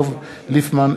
דב ליפמן,